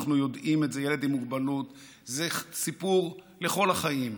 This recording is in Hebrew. ילד עם מוגבלות זה סיפור לכל החיים: